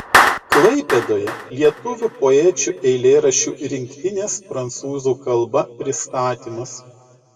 klaipėdoje lietuvių poečių eilėraščių rinktinės prancūzų kalba pristatymas